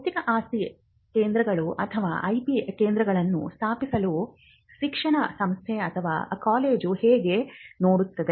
ಬೌದ್ಧಿಕ ಆಸ್ತಿ ಕೇಂದ್ರಗಳು ಅಥವಾ IP ಕೇಂದ್ರಗಳನ್ನು ಸ್ಥಾಪಿಸಲು ಶಿಕ್ಷಣ ಸಂಸ್ಥೆ ಅಥವಾ ಕಾಲೇಜು ಹೇಗೆ ನೋಡುತ್ತವೆ